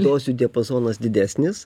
dozių diapazonas didesnis